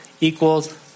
equals